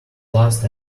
last